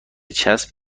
چسب